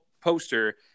poster